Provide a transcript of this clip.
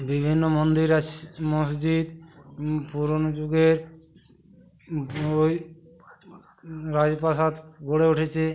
বিভিন্ন মন্দির আছে মসজিদ পুরনো যুগে বই রাজপ্রাসাদ গড়ে উঠেছে